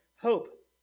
hope